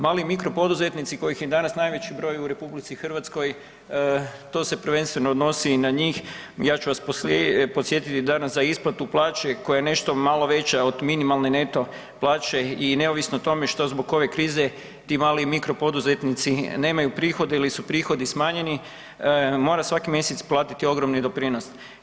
Mali mikro poduzetnici kojih je danas najveći broj u RH to se prvenstveno odnosi i na njih, ja ću vas podsjetiti danas za isplatu plaće koja je nešto malo veća od minimalne neto plaće i neovisno o tome što zbog ove krize ti mali mikropoduzetnici nemaju prihode ili su prihodi smanjeni mora svaki mjesec platiti ogromni doprinos.